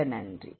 மிக்க நன்றி